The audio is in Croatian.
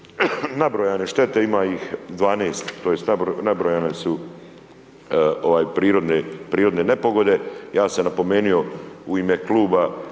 nabrojane štete, ima ih 12, tj. nabrojane su prirodne nepogode, ja sam napomenuo u ime kluba